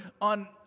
on